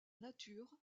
nature